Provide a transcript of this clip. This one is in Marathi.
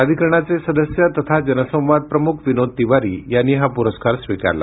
प्राधिकरणाचे सदस्य तथा जनसंवाद प्रमुख विनोद तिवारी यांनी हा पुरस्कार स्वीकारला